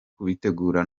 kubitegura